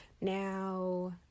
Now